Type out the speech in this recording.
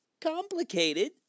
complicated